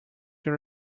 your